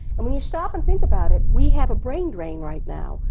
and when you stop and think about it, we have a brain drain right now,